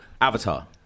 Avatar